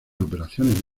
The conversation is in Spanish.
operaciones